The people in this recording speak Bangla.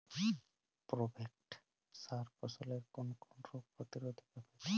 প্রোভেক্স সার ফসলের কোন কোন রোগ প্রতিরোধে ব্যবহৃত হয়?